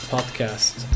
Podcast